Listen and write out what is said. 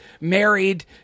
married